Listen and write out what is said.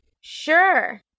Sure